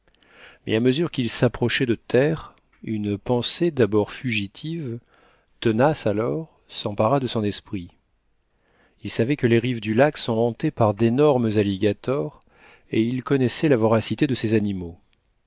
mais à mesure qu'il s'approchait de terre une pensée d'abord fugitive tenace alors s'empara de son esprit il savait que les rives du lac sont hantées par d'énormes alligators et il connaissait la voracité de ces animaux